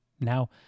Now